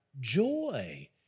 joy